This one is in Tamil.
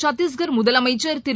சத்தீஸ்கள் முதலமைச்ச் திரு